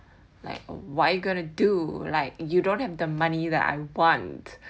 like why you going to do like you don't have the money that I want